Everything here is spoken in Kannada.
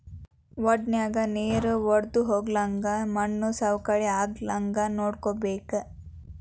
ವಡನ್ಯಾಗ ನೇರ ವಡ್ದಹೊಗ್ಲಂಗ ಮಣ್ಣು ಸವಕಳಿ ಆಗ್ಲಂಗ ನೋಡ್ಕೋಬೇಕ